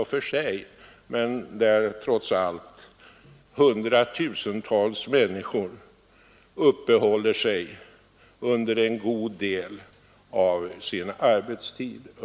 Det är en plats där hundratusentals människor uppehåller sig under en god del av sin arbetstid.